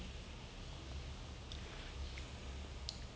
அந்த ஒரு:antha oru interview interview lah